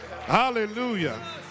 Hallelujah